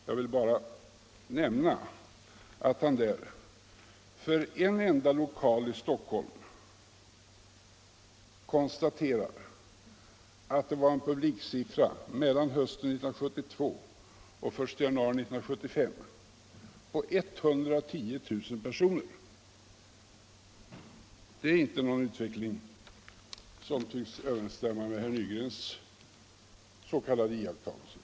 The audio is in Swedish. Jag vill bara nämna att han för en enda lokal i Stockholm anger en publiksiffra mellan hösten 1972 och den 1 januari 1975 på 110 000 personer. Det är inte en utveckling som tycks överensstämma med herr Nygrens s.k. iakttagelser.